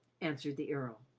answered the earl